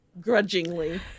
grudgingly